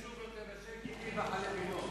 אצלנו כתוב: לא תבשל גדי בחלב אמו.